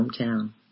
hometown